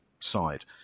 side